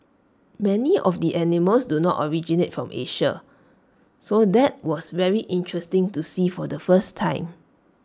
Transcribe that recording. many of the animals do not originate from Asia so that was very interesting to see for the first time